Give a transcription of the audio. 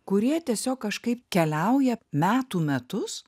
kurie tiesiog kažkaip keliauja metų metus